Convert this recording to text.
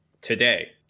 today